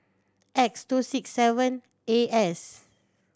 X two six seven A S